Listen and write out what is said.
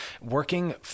Working